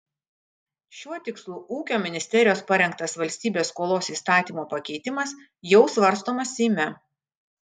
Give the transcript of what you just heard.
šiuo tikslu ūkio ministerijos parengtas valstybės skolos įstatymo pakeitimas jau svarstomas seime